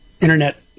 internet